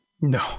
No